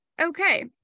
Okay